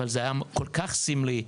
אבל זה כל כך סמלי,